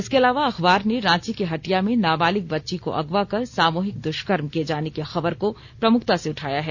इसके अलावा अखबार ने रांची के हटिया में नाबालिग बच्ची को अगवा कर सामूहिक दुष्कर्म किये जाने की खबर को प्रमुखता से उठाया है